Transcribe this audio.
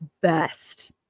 best